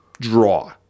draw